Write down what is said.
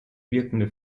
wirkende